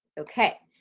okay,